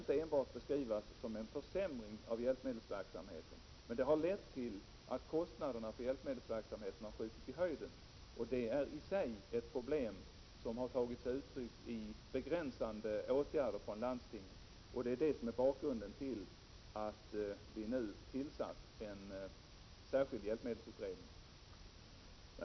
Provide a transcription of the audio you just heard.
Det kan inte beskrivas som en försämring av hjälpmedelsverksamheten, men det har lett till att kostnaderna för verksamheten har skjutit i höjden, och det är i sig ett problem som tagit sig uttryck i begränsade åtgärder från landstingen. Det är bakgrunden till att vi nu har tillsatt en särskild hjälpmedelsutredning.